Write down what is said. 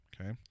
Okay